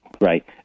Right